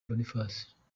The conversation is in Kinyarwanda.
boniface